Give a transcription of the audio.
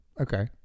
Okay